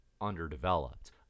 underdeveloped